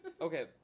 Okay